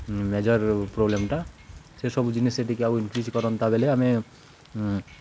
major ପ୍ରୋବ୍ଲେମ୍ଟା ସେ ସବୁ ଜିନିଷ ସେ ଟିକେ ଆଉ ଇନକ୍ରିଜ୍ କରନ୍ ବେଳେ ଆମେ